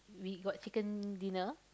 we got chicken dinner